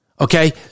Okay